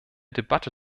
debatte